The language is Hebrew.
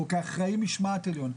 או כאחראי משמעת עליון.